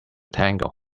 tango